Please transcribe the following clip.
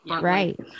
Right